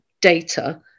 data